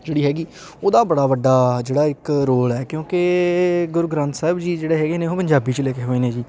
ਜਿਹੜੀ ਹੈਗੀ ਉਹਦਾ ਬੜਾ ਵੱਡਾ ਜਿਹੜਾ ਇੱਕ ਰੋਲ ਹੈ ਕਿਉਂਕਿ ਗੁਰੂ ਗ੍ਰੰਥ ਸਾਹਿਬ ਜੀ ਜਿਹੜੇ ਹੈਗੇ ਨੇ ਉਹ ਪੰਜਾਬੀ 'ਚ ਲਿਖੇ ਹੋਏ ਨੇ ਜੀ